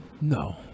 No